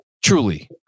Truly